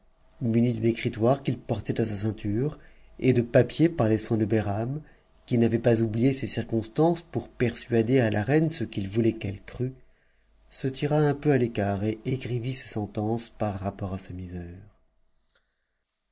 muni d'une écritoire qu'il portait à sa ceinture et de papier par les soins de behram qui n'avait pas oublié ces circonstances pour persuader à la reine ce qu'il voulait qu'elle crût se tira un peu à l'écart et écrivit ces sentences par rapport à sa misère